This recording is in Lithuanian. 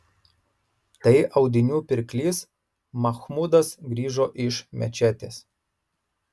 tai audinių pirklys machmudas grįžo iš mečetės